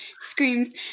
screams